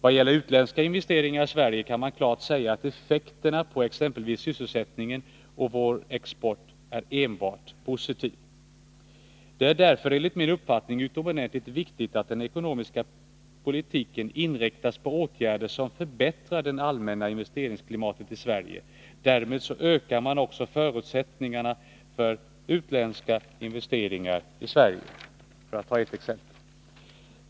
Vad gäller utländska investeringar i Sverige kan man klart säga att effekterna på exempelvis sysselsättningen och på vår export är enbart positiva. Det är därför enligt min uppfattning utomordentligt viktigt att den ekonomiska politiken inriktas på åtgärder som förbättrar det allmänna investeringsklimatet i Sverige. Därmed ökar man också förutsättningarna för utländska investeringar i Sverige, för att ta ett exempel.